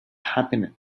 happened